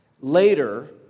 Later